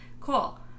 Cool